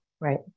Right